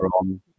on